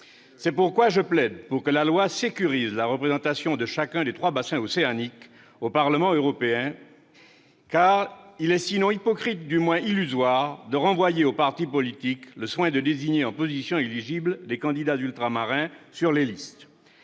C'est pourquoi je plaide pour que la loi sécurise la représentation de chacun des trois bassins océaniques au Parlement européen, car il est, sinon hypocrite, du moins illusoire de renvoyer aux partis politiques le soin de désigner en position éligible des candidats ultramarins sur les listes.